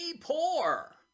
poor